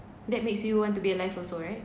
that makes you want to be alive also right